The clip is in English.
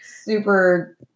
Super